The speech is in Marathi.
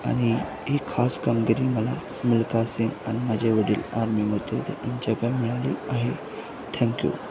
आणि ही खास कामगिरी मला मिल्खासिंग अन माझे वडील आर्मीमध्ये होते ह्यांच्याकडून मिळाली आहे थँक्यू